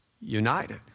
united